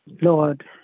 Lord